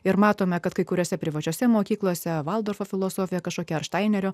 ir matome kad kai kuriose privačiose mokyklose valdorfo filosofija kažkokia ar štainerio